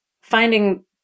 finding